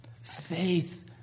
Faith